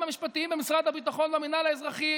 המשפטיים במשרד הביטחון והמינהל האזרחי,